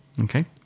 Okay